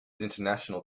international